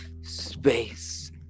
space